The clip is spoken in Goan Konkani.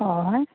हय